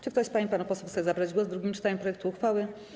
Czy ktoś z pań i panów posłów chce zabrać głos w drugim czytaniu projektu uchwały?